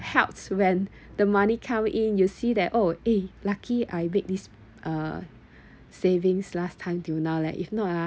helps when the money come in you'll see that oh eh lucky I make this uh savings last time till now leh if not ah